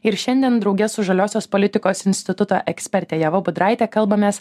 ir šiandien drauge su žaliosios politikos instituto eksperte ieva budraite kalbamės